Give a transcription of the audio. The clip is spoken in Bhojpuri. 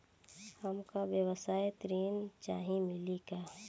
हमका व्यवसाय ऋण चाही मिली का?